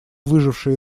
выжившие